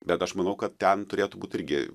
bet aš manau kad ten turėtų būt irgi